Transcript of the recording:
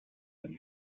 than